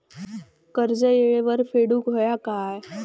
कर्ज येळेवर फेडूक होया काय?